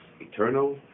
eternal